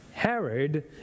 Herod